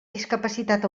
discapacitat